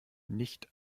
nicht